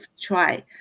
try